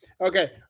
okay